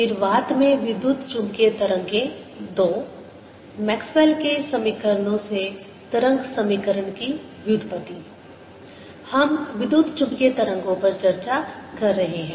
निर्वात में विद्युत चुम्बकीय तरंगें-II मैक्सवेल के समीकरणों Maxwell's Equations से तरंग समीकरण की व्युत्पत्ति हम विद्युत चुम्बकीय तरंगों पर चर्चा कर रहे हैं